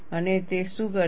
અને તે શું કરે છે